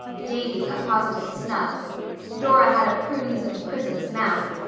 davy's a positive snub dora had a prunes and prisms mouth,